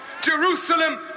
Jerusalem